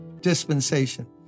dispensation